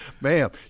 ma'am